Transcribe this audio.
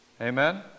Amen